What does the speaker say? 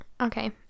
okay